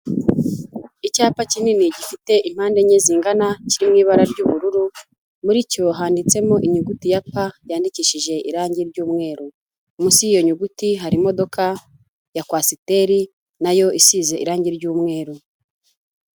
Icyapa kinini gifite impande enye zingana kiri mu ibara ry'ubururu muri cyo handitsemo inyuguti ya pa yandikishije irangi ry'umweru munsi yiyo nyuguti hari imodoka ya kwasiteri nayo isize irangi ry'umweru.